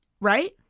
right